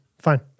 fine